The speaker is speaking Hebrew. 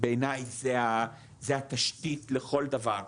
בעיני זה התשתית לכל דבר.